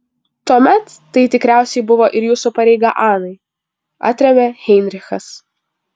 tuomet tai tikriausiai buvo ir jūsų pareiga anai atrėmė heinrichas